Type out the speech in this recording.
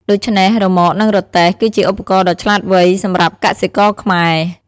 ដូច្នេះ រ៉ឺម៉កនឹងរទេះ គឺជាឧបករណ៍ដ៏ឆ្លាតវៃសម្រាប់កសិករខ្មែរ។